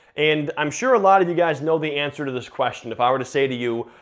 and i'm sure a lot of you guys know the answer to this question, if i were to say to you,